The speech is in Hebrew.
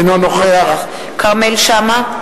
אינו נוכח כרמל שאמה,